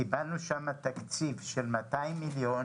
קיבלנו שם תקציב של 200 מיליון